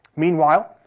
meanwhile,